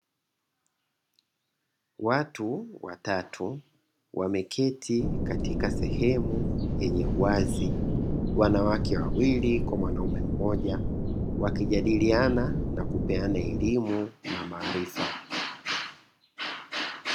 Watu watatu wameketi katika sehemu yenye uwazi wanawake wawili kwa mwanaume mmoja wakijadiliana na kupeana elimu na maarifa.